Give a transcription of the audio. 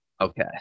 Okay